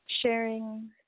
sharing